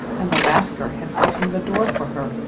and the lascar had opened the door for her.